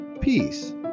Peace